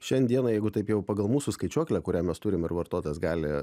šiandien dienai jeigu taip jau pagal mūsų skaičiuoklę kurią mes turim ir vartotojas gali